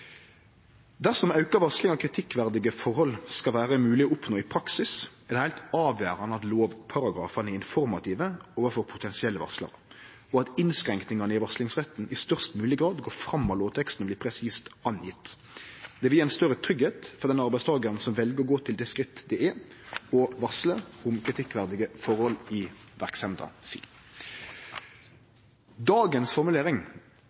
Dersom auka varsling av kritikkverdige forhold skal vere mogleg å oppnå i praksis, er det heilt avgjerande at lovparagrafane er informative overfor potensielle varslarar, og at innskrenkingane i varslingsretten i størst mogleg grad går fram av lovteksten og blir presist angjevne. Det vil gje ein større tryggleik for den arbeidstakaren som vel å gå til det skrittet det er å varsle om kritikkverdige forhold i verksemda si. Dagens formulering